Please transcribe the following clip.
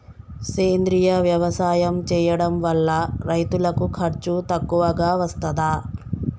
సేంద్రీయ వ్యవసాయం చేయడం వల్ల రైతులకు ఖర్చు తక్కువగా వస్తదా?